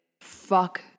fuck